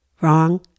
Wrong